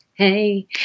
hey